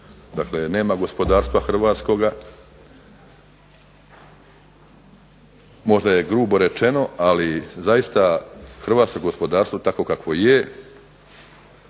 dakle nema gospodarstva hrvatskoga. Možda je grubo rečeno, ali zaista hrvatsko gospodarstvo takvo kakvo je